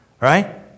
Right